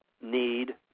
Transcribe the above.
need